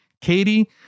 katie